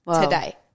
today